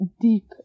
deep